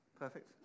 Perfect